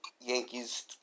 Yankees